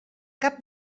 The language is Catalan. cap